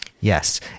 Yes